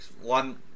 one